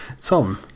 Tom